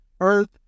earth